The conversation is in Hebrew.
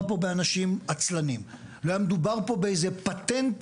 פה באנשים עצלנים או היה מדובר פה באיזה פטנט